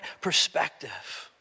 Perspective